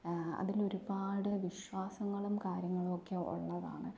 അതിലൊരുപാട് വിശ്വാസങ്ങളും കാര്യങ്ങളുവൊക്കെ ഉള്ളതാണ്